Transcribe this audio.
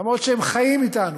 אף שהם חיים אתנו,